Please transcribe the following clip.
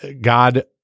god